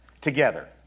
together